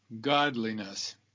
godliness